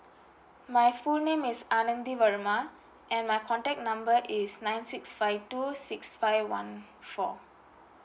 my full name is anandi verma and my contact number is nine six five two six five one four